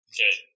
Okay